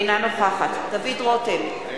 אינה נוכחת דוד רותם,